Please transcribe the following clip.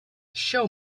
show